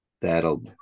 that'll